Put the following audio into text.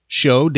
show